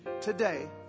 Today